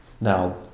Now